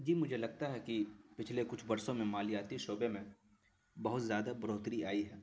جی مجھے لگتا ہے کہ پچھلے کچھ برسوں میں مالیاتی شعبے میں بہت زیادہ بڑھوتری آئی ہے